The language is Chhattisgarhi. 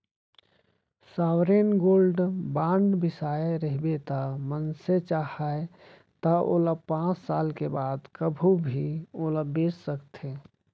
सॉवरेन गोल्ड बांड बिसाए रहिबे त मनसे चाहय त ओला पाँच साल के बाद कभू भी ओला बेंच सकथे